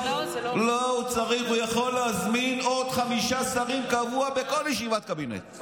הוא יכול להזמין עוד חמישה שרים קבוע בכל ישיבת קבינט.